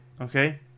okay